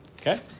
Okay